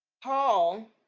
Paul